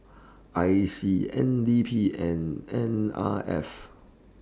I C N D P and N R F